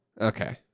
Okay